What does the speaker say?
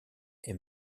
est